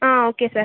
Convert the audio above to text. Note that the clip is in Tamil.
ah okay sir